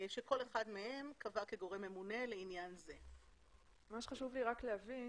חשוב לי להבין